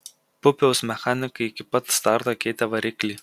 pupiaus mechanikai iki pat starto keitė variklį